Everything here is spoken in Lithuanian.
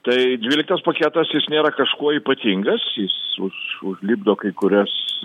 tai dvyliktas paketas jis nėra kažkuo ypatingas jis už užlipdo kai kurias